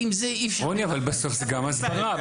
רוני, אבל בסוף זה גם הסברה.